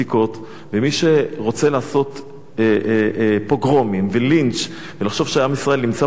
ומי שרוצה לעשות פוגרומים ולינץ' ולחשוב שעם ישראל נמצא פה בגלות,